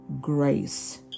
grace